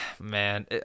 man